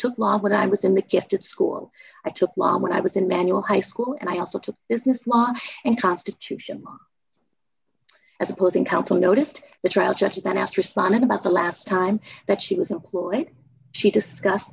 law when i was in the gifted school i took law when i was in manual high school and i also took business law and constitution as opposing counsel noticed the trial judge then asked respondent about the last time that she was employed she discussed